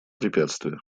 препятствия